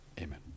Amen